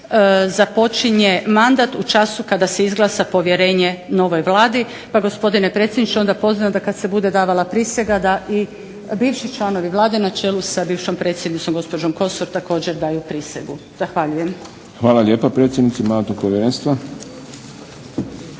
započinje mandat u času kada se izglasa povjerenje novoj Vladi, pa gospodine predsjedniče onda pozivam da kada se bude davala prisega da i bivši članovi Vlade na čelu sa bivšom predsjednicom Kosor također daju prisegu. Zahvaljujem. **Šprem, Boris (SDP)** Hvala lijepa predsjednici Mandatno-imunitetnog povjerenstva. Nakon